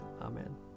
Amen